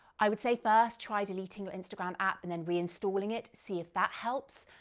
i would say first try deleting your instagram app and then reinstalling it, see if that helps.